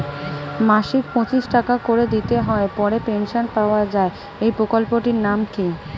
মাসিক পঁচিশ টাকা করে দিতে হয় পরে পেনশন পাওয়া যায় এই প্রকল্পে টির নাম কি?